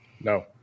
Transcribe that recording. No